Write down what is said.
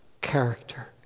character